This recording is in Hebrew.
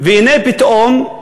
והנה פתאום,